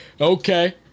Okay